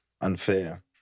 unfair